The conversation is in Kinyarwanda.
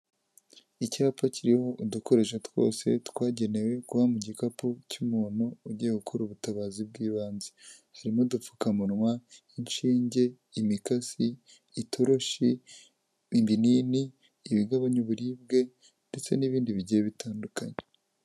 Icyapa kiriho udukoresho twose twagenewe kuba mu gikapu cy'umuntu ugiye gukora ubutabazi bw'ibanze, harimo udupfukamunwa, inshinge, imikasi, itoroshi, ibinini, ibigabanya uburibwe ndetse n'ibindi bigiye bitandukanye.